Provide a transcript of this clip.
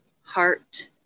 heart